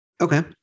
okay